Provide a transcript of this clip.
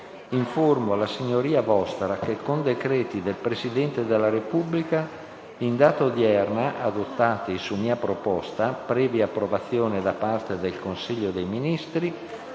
informo la Signoria Vostra che con decreti del Presidente della Repubblica in data odierna, adottati su mia proposta, previa approvazione da parte del Consiglio dei Ministri,